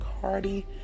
Cardi